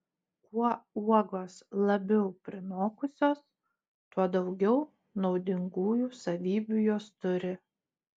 kuo uogos labiau prinokusios tuo daugiau naudingųjų savybių jos turi